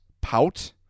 pout